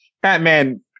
Batman